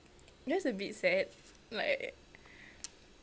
that's a bit sad like